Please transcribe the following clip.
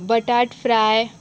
बटाट फ्राय